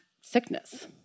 sickness